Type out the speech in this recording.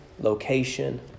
location